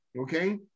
okay